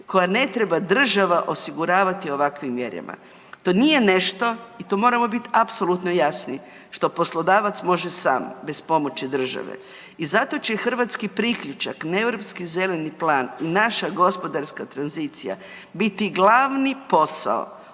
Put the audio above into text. koja ne treba država osiguravati ovakvim mjerama. To nije nešto i to moramo biti apsolutno jasni što poslodavac može sam bez pomoći države. I zato će hrvatski priključak na Europski zeleni plan i naša gospodarska tranzicija biti glavni posao